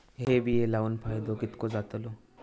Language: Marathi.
हे बिये लाऊन फायदो कितको जातलो?